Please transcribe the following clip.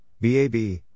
BAB